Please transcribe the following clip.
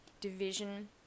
division